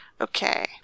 Okay